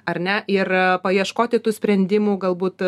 ar ne ir paieškoti tų sprendimų galbūt